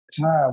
time